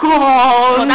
God